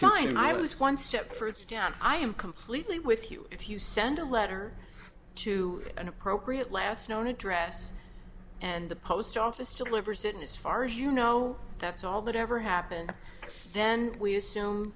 fine i was one step further down i am completely with you if you send a letter to an appropriate last known address and the post office tillerson as far as you know that's all that ever happened then we assume